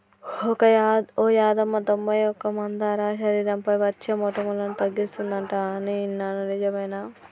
ఓ యాదమ్మ తొంబై ఒక్క మందార శరీరంపై అచ్చే మోటుములను తగ్గిస్తుందంట అని ఇన్నాను నిజమేనా